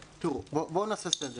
בואו נעשה סדר.